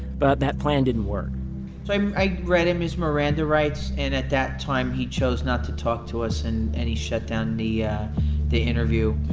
but that plan didn't work so i read him his miranda rights and at that time he chose not to talk to us and and he shut down the yeah the interview.